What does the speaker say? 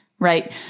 Right